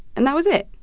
and that was it.